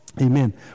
Amen